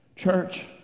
Church